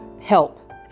Help